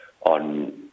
on